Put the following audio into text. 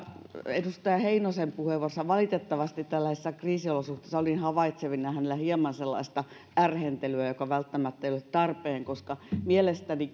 edustaja heinosen puheenvuorossa valitettavasti tällaisissa kriisiolosuhteissa olin havaitsevinani hänellä hieman sellaista ärhentelyä joka välttämättä ei ole tarpeen koska mielestäni